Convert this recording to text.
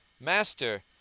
Master